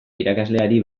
irakasleari